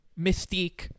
Mystique